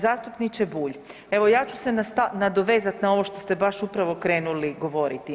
Zastupniče Bulj, evo ja ću se nadovezati na ovo što ste baš upravo krenuli govoriti.